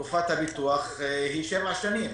תקופת הביטוח היא שבע שנים.